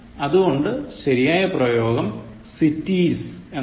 അതുകൊണ്ട് ശരിയായ പ്രയോഗം cities എന്നാണ്